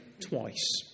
Twice